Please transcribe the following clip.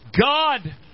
God